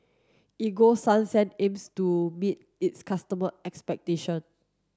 Ego Sunsense aims to meet its customer expectation